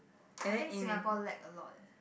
I think Singapore lack a lot leh